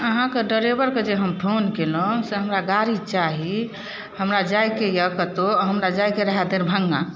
अहाँके ड्राइवरके जे हम फोन केलहुॅं से हमरा गाड़ी चाही हमरा जाइके ये कतौ हमरा जाइके रहए दरभंगा